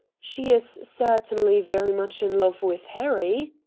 she is certainly very much in love with harry.